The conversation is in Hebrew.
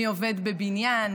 מי עובד בבניין?